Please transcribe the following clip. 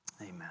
Amen